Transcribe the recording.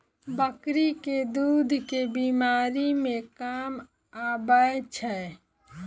बकरी केँ दुध केँ बीमारी मे काम आबै छै?